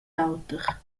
l’auter